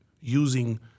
using